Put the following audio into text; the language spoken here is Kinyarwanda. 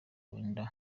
wenda